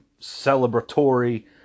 celebratory